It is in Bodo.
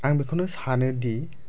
आं बेखौनो सानोदि